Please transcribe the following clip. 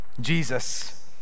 Jesus